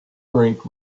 break